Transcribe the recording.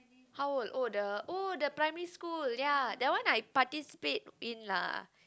how old oh the oh the primary school ya that one I participated in lah